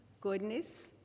goodness